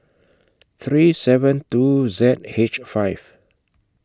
three seven two Z H five